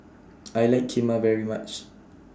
I like Kheema very much